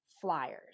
flyers